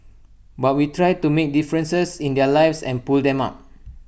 but we try to make difference in their lives and pull them up